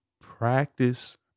practice